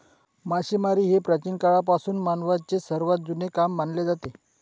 मासेमारी हे प्राचीन काळापासून मानवाचे सर्वात जुने काम मानले जाते